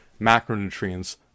macronutrients